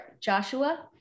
Joshua